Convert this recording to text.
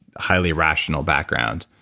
highly rational background.